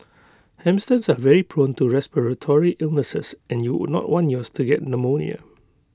hamsters are very prone to respiratory illnesses and you would not want yours to get pneumonia